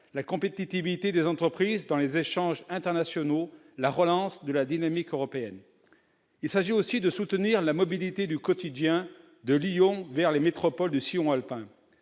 compétitivité des entreprises dans les échanges internationaux, relance de la dynamique européenne ... Il s'agit aussi de soutenir la mobilité du quotidien, de Lyon vers les métropoles du sillon alpin.